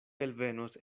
elvenos